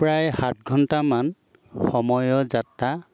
প্ৰায় সাত ঘণ্টামান সময়ৰ যাত্ৰা